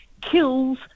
kills